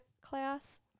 class